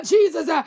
Jesus